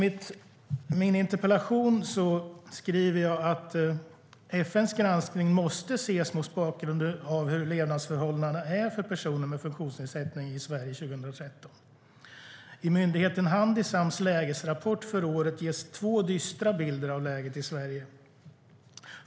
I min interpellation skriver jag att "FN:s granskning måste ses mot bakgrund av hur levnadsförhållandena är för personer med funktionsnedsättning i Sverige år 2013. I myndigheten Handisams lägesrapport för året ges två dystra bilder av läget i Sverige.